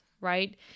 right